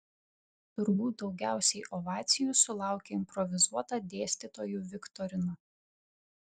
turbūt daugiausiai ovacijų sulaukė improvizuota dėstytojų viktorina